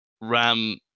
Ram